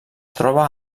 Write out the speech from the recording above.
troba